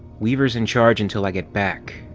weaver's in charge until i get back.